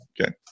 Okay